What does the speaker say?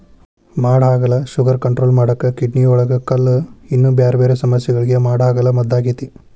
ಮಾಡಹಾಗಲ sugar control ಮಾಡಾಕ, ಕಿಡ್ನಿಯೊಳಗ ಕಲ್ಲು, ಇನ್ನೂ ಬ್ಯಾರ್ಬ್ಯಾರೇ ಸಮಸ್ಯಗಳಿಗೆ ಮಾಡಹಾಗಲ ಮದ್ದಾಗೇತಿ